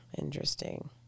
Interesting